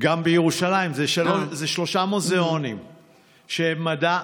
גם בירושלים, יש שלושה מוזיאוני מדע.